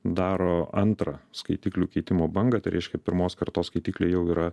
daro antrą skaitiklių keitimo bangą tai reiškia pirmos kartos skaitikliai jau yra